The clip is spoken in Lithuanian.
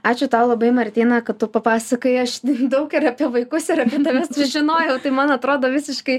ačiū tau labai martyna kad tu papasakojai aš daug ir apie vaikus ir apie tave sužinojau tai man atrodo visiškai